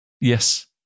Yes